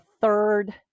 third